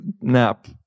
nap